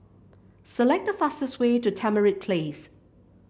select the fastest way to Tamarind Place